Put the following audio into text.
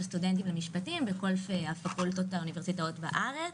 סטודנטים למשפטים בכל האוניברסיטאות בארץ.